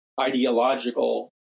ideological